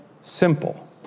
simple